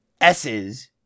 s's